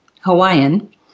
Hawaiian